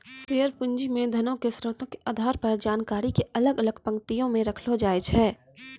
share पूंजी मे धनो के स्रोतो के आधार पर जानकारी के अलग अलग पंक्ति मे रखलो जाय छै